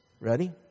Ready